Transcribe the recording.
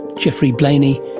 geoffrey blainey,